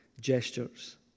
gestures